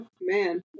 man